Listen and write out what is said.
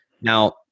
Now